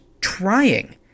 trying